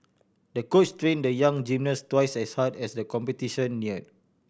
the coach trained the young gymnast twice as hard as the competition near